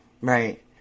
Right